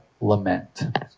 lament